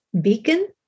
Beacon